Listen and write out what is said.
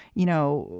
you know,